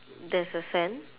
there's a sand